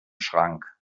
schrank